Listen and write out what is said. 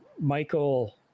Michael